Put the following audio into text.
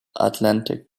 atlantic